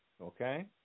Okay